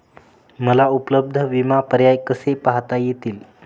मला उपलब्ध विमा पर्याय कसे पाहता येतील?